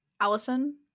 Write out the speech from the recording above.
Allison